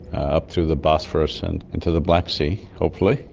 up through the bosphorus and into the black sea hopefully.